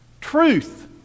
Truth